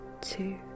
two